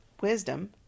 Wisdom